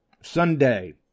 Sunday